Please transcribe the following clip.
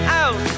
out